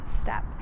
step